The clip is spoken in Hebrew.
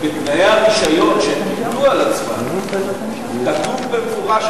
בתנאי הרשיון שהם קיבלו על עצמם כתוב במפורש,